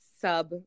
sub